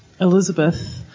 Elizabeth